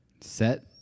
set